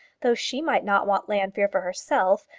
though she might not want llanfeare for herself,